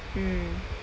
mm